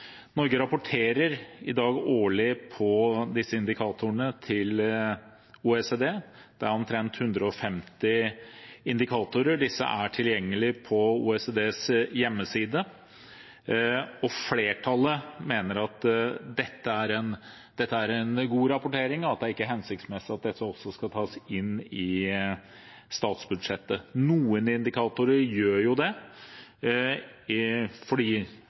Norge rapporterer i dag årlig på disse indikatorene til OECD. Det er omtrent 150 indikatorer. Disse er tilgjengelige på OECDs hjemmeside. Flertallet mener at dette er en god rapportering, og at det ikke er hensiktsmessig at dette også skal tas inn i statsbudsjettet. Noen indikatorer gjør jo det, fordi